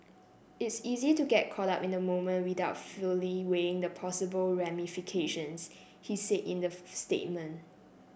it's easy to get caught up in the moment without fully weighing the possible ramifications he said in the statement